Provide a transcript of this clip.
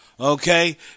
Okay